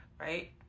right